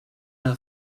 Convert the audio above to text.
her